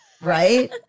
Right